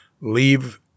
leave